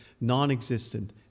non-existent